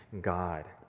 God